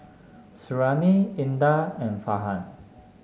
Suriani Indah and Farhan